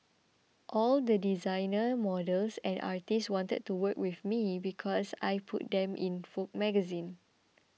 all the designers models and artists wanted to work with me because I could put them in Vogue magazine